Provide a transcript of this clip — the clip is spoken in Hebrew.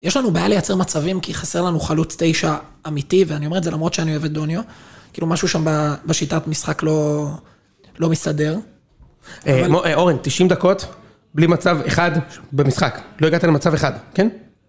יש לנו בעיה לייצר מצבים כי חסר לנו חלוץ תשע אמיתי ואני אומר את זה למרות שאני אוהב את דוניו כאילו משהו שם בשיטת משחק לא לא מסתדר אורן תשעים דקות בלי מצב אחד במשחק לא הגעת למצב אחד כן?